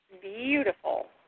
Beautiful